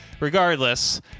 Regardless